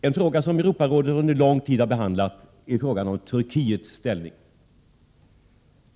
En fråga som Europarådet under lång tid har behandlat är frågan om Turkiets ställning.